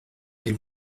elle